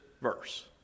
verse